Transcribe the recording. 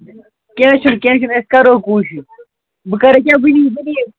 کیٚنٛہہ چھُنہٕ کیٚنٛہہ چھُنہٕ أسۍ کَرو کوٗشِش بہٕ کَرٕ ییٚکیٛاہ وٕنی